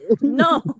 No